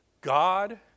God